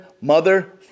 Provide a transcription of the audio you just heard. mother